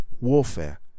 warfare